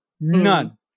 None